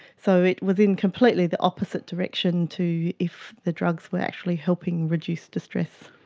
so it was in completely the opposite direction to if the drugs were actually helping reduce distress.